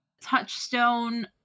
touchstone